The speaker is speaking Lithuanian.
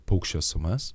paukščio sumas